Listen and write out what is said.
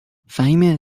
فهیمه